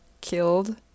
killed